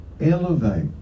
elevate